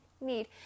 need